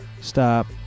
stop